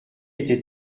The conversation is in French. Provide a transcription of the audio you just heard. était